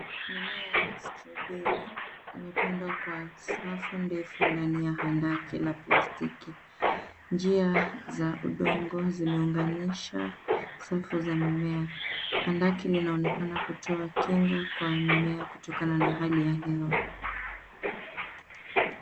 Mimea ya strawberry imepandwa kwa safu ndefu ndani ya handaki na plastiki. Njia za udongo zimeunganisha safu za mimea. Handaki linaonekana kutoa kinga kwa mimea kutokana na hali ya hewa.